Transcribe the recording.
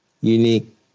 unique